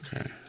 Okay